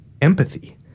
empathy